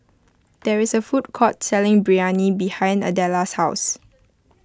there is a food court selling Biryani behind Adella's house